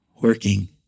working